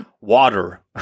water